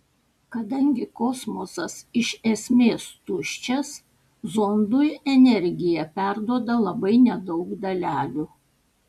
kadangi kosmosas iš esmės tuščias zondui energiją perduoda labai nedaug dalelių